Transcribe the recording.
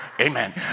amen